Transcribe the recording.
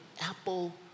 apple